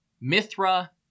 Mithra